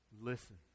listen